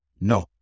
No